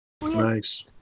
Nice